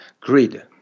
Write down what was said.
grid